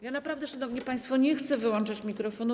Ja naprawdę, szanowni państwo, nie chcę wyłączać mikrofonu.